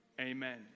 Amen